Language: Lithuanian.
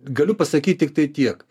galiu pasakyt tiktai tiek